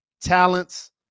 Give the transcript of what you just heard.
talents